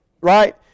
Right